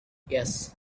yes